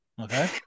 Okay